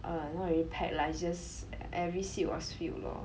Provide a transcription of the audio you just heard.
uh not really packed lah it's just every seat was filled lor